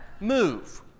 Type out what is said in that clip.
move